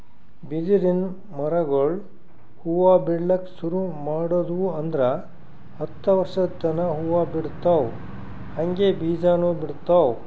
ಬಿದಿರಿನ್ ಮರಗೊಳ್ ಹೂವಾ ಬಿಡ್ಲಕ್ ಶುರು ಮಾಡುದ್ವು ಅಂದ್ರ ಹತ್ತ್ ವರ್ಶದ್ ತನಾ ಹೂವಾ ಬಿಡ್ತಾವ್ ಹಂಗೆ ಬೀಜಾನೂ ಬಿಡ್ತಾವ್